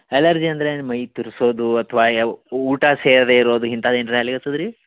allergy ಅಂದ್ರೆ ಏನು ಮೈ ತುರಿಸೋದು ಅಥ್ವಾ ಏ ಊಟ ಸೇರದೆ ಇರೋದು ಇಂಥದೇನ್ರ ಆಗ್ಲಿಕತ್ತದ ರೀ